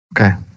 Okay